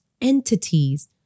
entities